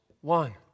one